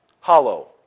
Hollow